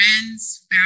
friends